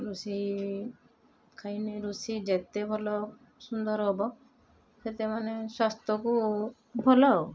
ରୋଷେଇ ଖାଇନେ ରୋଷେଇ ଯେତେ ଭଲ ସୁନ୍ଦର ହେବ ସେତେ ମାନେ ସ୍ୱାସ୍ଥ୍ୟକୁ ଭଲ ଆଉ